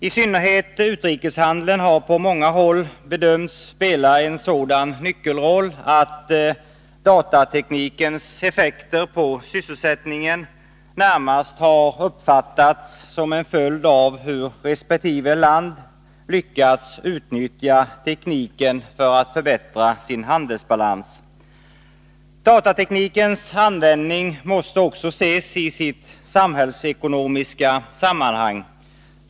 I synnerhet utrikeshandeln har på många håll bedömts spela en sådan nyckelroll att datateknikens effekter på sysselsättningen närmast har uppfattats som en följd av hur resp. land lyckats utnyttja tekniken för att förbättra sin handelsbalans. Datateknikens användning måste också ses i sitt samhällsekonomiska sammanhang.